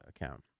account